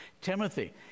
Timothy